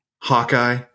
Hawkeye